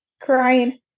crying